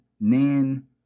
Nan